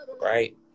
right